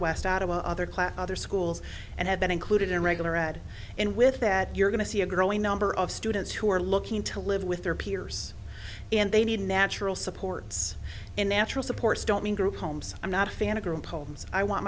west out of the other class other schools and have been included in regular ed and with that you're going to see a growing number of students who are looking to live with their peers and they need natural supports and natural supports don't mean group homes i'm not a fan of poems i want